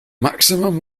maximum